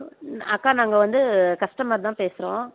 அக்கா நாங்கள் வந்து ஆ கஸ்டமர் தான் பேசுகிறோம்